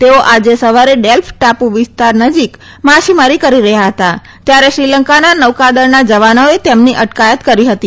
તેઓ આજે સવારે ડેલ્ફ ટાપુ વિસ્તાર નજીક માછીમારી કરી રહ્યા હતા ત્યારે શ્રીલંકાના નૌકાદળના જવાનોએ તેમની અટકાયત કરી હતી